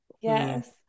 Yes